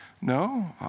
No